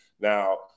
Now